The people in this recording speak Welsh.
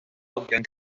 swyddogion